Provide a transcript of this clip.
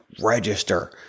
register